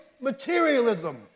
materialism